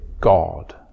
God